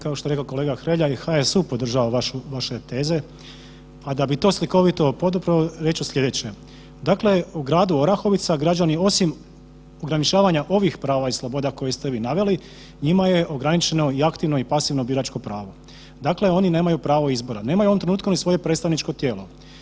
Kao što je rekao kolega Hrelja i HSU podržava vaše teze, a da bi to slikovito podupro reći ću sljedeće, dakle u gradu Orahovica, a građani osim ograničavanja ovih prava i sloboda koje ste vi naveli, njima je ograničeno i aktivno i pasivno biračko pravo, dakle oni nemaju pravo izbora, nemaju u ovom trenutku ni svoje predstavničko tijelo.